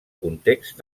context